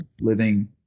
living